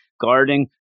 guarding